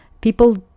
people